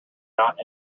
not